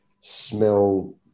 smell